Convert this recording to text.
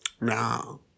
No